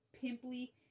pimply